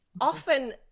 often